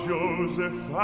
Joseph